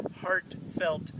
heartfelt